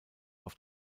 auf